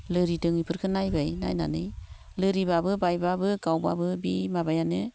लोरिदों एफोरखो नायबाय नायनानै लोरिब्लाबो बायब्लाबो गावब्लाबो बि माबायानो